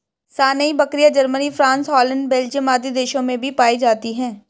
सानेंइ बकरियाँ, Germany, France, Holland, Belgium आदि देशों में भी पायी जाती है